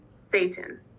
satan